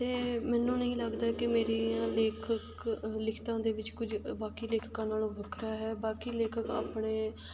ਅਤੇ ਮੈਨੂੰ ਨਹੀਂ ਲੱਗਦਾ ਹੈ ਕਿ ਮੇਰੀਆਂ ਲੇਖਕ ਲਿਖਤਾਂ ਦੇ ਵਿੱਚ ਕੁਝ ਬਾਕੀ ਲੇਖਕਾਂ ਨਾਲੋਂ ਵੱਖਰਾ ਹੈ ਬਾਕੀ ਲੇਖਕ ਆਪਣੇ